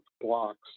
blocks